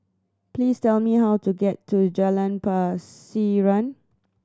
please tell me how to get to Jalan Pasiran